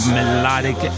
Melodic